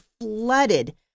flooded